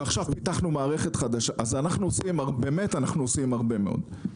אז אנחנו באמת עושים הרבה מאוד.